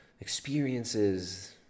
experiences